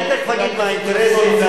אני תיכף אגיד מה האינטרסים,